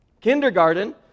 Kindergarten